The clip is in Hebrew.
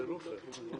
זה לא פייר ...